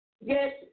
Yes